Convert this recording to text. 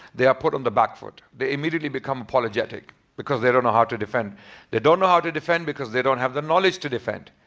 they are put on the back foot. they immediately become apologetic because they don't know how to defend they don't know how to defend because they don't have the knowledge to defend.